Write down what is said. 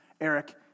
Eric